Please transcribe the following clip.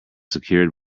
secured